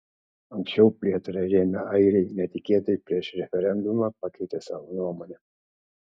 anksčiau plėtrą rėmę airiai netikėtai prieš referendumą pakeitė savo nuomonę